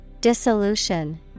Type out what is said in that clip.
Dissolution